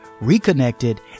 reconnected